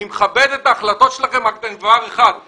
אני מכבד את ההחלטות שלכם אבל דבר אחד אני